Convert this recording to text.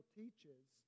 teaches